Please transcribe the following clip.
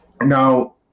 Now